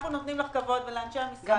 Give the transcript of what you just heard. אנחנו נותנים כבוד לך ולאנשי המשרד.